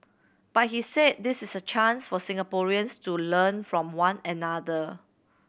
but he said this is a chance for Singaporeans to learn from one another